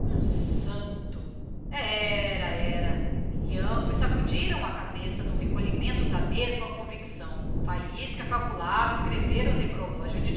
um santo se o é e ambos sacudiram a cabeça no recolhimento da mesma convicção faísca calculava escrever o necrológio do